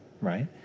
Right